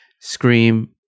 Scream